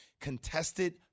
contested